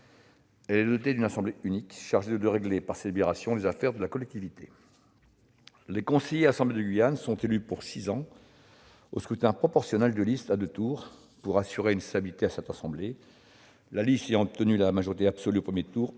Elle est dotée d'une assemblée unique chargée de régler, par ses délibérations, les affaires de la collectivité. Les conseillers à l'assemblée de Guyane sont élus pour six ans, au scrutin proportionnel de liste à deux tours. Pour assurer une stabilité à cette assemblée, la liste ayant obtenu la majorité absolue au premier tour